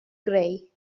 greu